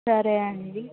సరే అండి